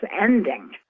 ending